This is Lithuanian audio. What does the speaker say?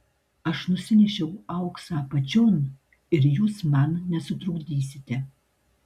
aš nusinešiau auksą apačion ir jūs man nesutrukdysite